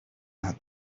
had